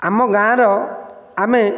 ଆମ ଗାଁର ଆମେ